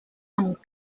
amb